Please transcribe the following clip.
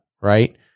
right